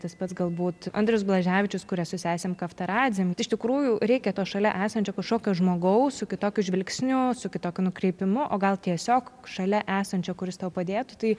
tas pats galbūt andrius blaževičius kuria su sesėm iš tikrųjų reikia to šalia esančio kažkokio žmogaussu kitokiu žvilgsniu su kitokiu nukreipimu o gal tiesiog šalia esančio kuris tau padėtų tai